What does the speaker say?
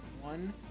one